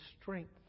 strength